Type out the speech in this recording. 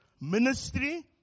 Ministry